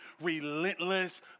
relentless